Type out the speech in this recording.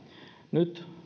nyt